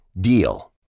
DEAL